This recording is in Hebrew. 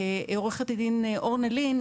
עורכת הדין ארנה לין,